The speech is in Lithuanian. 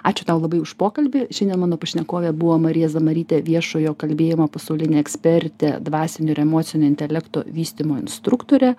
ačiū tau labai už pokalbį šiandien mano pašnekovė buvo marija zamarytė viešojo kalbėjimo pasaulinė ekspertė dvasinio ir emocinio intelekto vystymo instruktorė